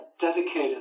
dedicated